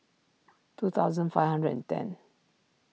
two thousand five hundred and ten